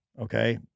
okay